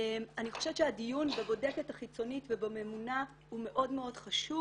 אני חושבת שהדיון בבודקת החיצונית ובממונה הוא מאוד מאוד חשוב,